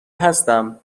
هستم